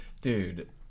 dude